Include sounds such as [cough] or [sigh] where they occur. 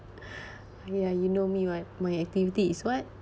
[breath] ya you know me [what] my activity is what